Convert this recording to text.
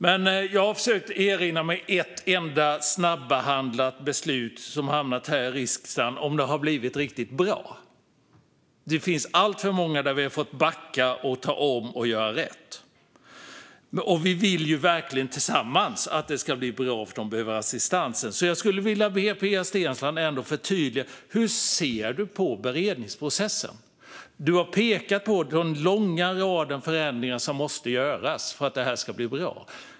Jag har dock försökt erinra mig ett enda snabbehandlat beslut här i riksdagen som blivit riktigt bra. Det finns alltför många där vi har fått backa, ta om och göra rätt. Vi vill ju verkligen tillsammans att det ska bli bra för dem som behöver assistansen. Jag skulle vilja be Pia Steensland förtydliga: Hur ser du på beredningsprocessen? Du har pekat på den långa raden förändringar som måste göras för att detta ska bli bra.